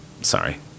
Sorry